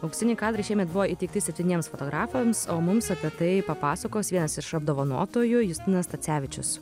auksiniai kadrai šiemet buvo įteikti septyniems fotografams o mums apie tai papasakos vienas iš apdovanotųjų justinas tacevičius